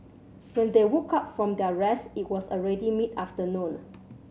when they woke up from their rest it was already mid afternoon